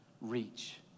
reach